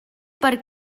per